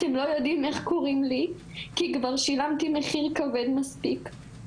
אתם לא יודעים איך קוראים לי כי כבר שילמתי מחיר מספיק כבד,